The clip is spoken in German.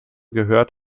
gehört